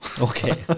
Okay